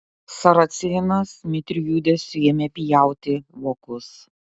saracėnas mitriu judesiu ėmė pjauti vokus